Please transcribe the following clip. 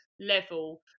level